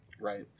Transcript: Right